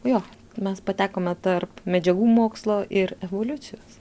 jo mes patekome tarp medžiagų mokslo ir evoliucijos